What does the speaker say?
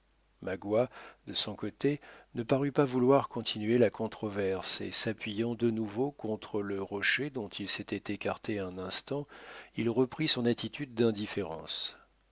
magua de son côté ne parut pas vouloir continuer la controverse et s'appuyant de nouveau contre le rocher dont il s'était écarté un instant il reprit son attitude d'indifférence